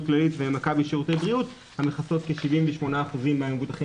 כללית ומכבי שירותי בריאות המכסות כ-78% מהמבוטחים